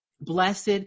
Blessed